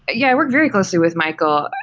yeah. we're very closely with michael.